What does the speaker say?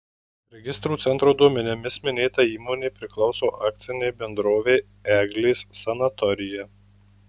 registrų centro duomenimis minėta įmonė priklauso akcinei bendrovei eglės sanatorija